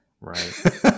Right